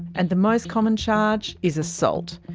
and the most common charge is assault,